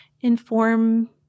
inform